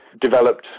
developed